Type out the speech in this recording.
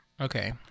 Okay